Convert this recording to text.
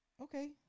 okay